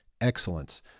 excellence